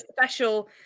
special